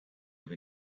live